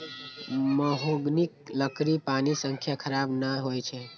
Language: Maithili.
महोगनीक लकड़ी पानि सं खराब नै होइ छै